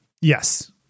Yes